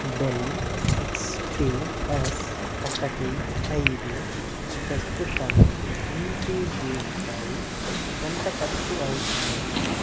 del X P S ఒకటి ఐదు ప్రస్తుతం ఇన్ఫీబీమ్పై ఎంత ఖర్చు అవుతుంది